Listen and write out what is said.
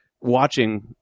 watching